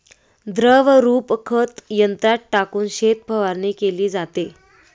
द्रवरूप खत यंत्रात टाकून शेतात फवारणी केली जाते